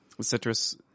Citrus